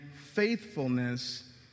faithfulness